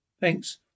Thanks